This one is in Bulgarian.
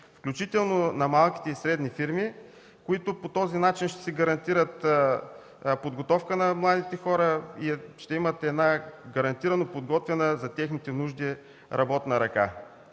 включително на малките и средни фирми, които по този начин ще си гарантират подготовка на младите хора, ще имат гарантирано подготвена за техните нужди работна ръка.